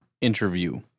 interview